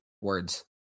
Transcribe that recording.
words